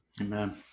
Amen